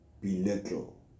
belittle